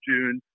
June